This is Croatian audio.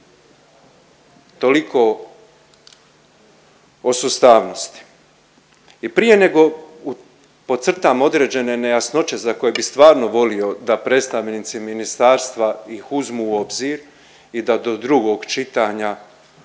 Toliko o sustavnosti. I prije nego podcrtam određene nejasnoće za koje bi stvarno volio da predstavnici ministarstva ih uzmu u obzir i da do drugog čitanja